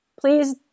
Please